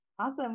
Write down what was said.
Awesome